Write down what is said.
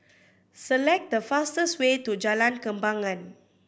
select the fastest way to Jalan Kembangan